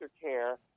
care